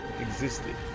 existed